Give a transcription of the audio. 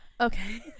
okay